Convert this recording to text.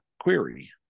query